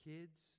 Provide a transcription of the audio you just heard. kids